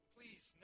Please